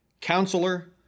counselor